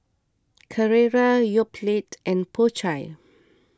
Carrera Yoplait and Po Chai